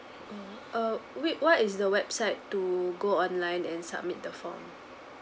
oh uh whic~ what is the website to go online and submit the form